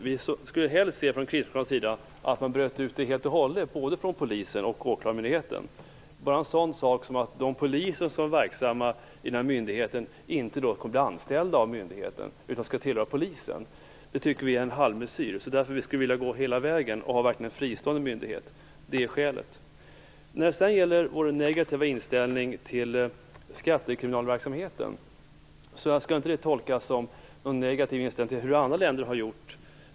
Vi skulle från Kristdemokraternas sida helst se att man bröt ut det helt och hållet, både från polisen och från åklagarmyndigheten. Bara en sådan sak som att de poliser som är verksamma i den här myndigheten inte kommer att bli anställda utan skall tillhöra polisen tycker vi är en halvmesyr. Vi skulle vilja gå hela vägen och verkligen ha en fristående myndighet. Det är skälet. Vår negativa inställning till skattekriminalverksamheten skall inte tolkas som någon negativ inställning till hur andra länder har gjort.